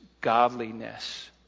godliness